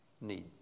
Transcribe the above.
need